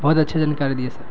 بہت اچھا جانکاری دیا سر